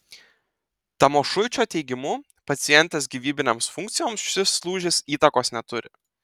tamošuičio teigimu pacientės gyvybinėms funkcijoms šis lūžis įtakos neturi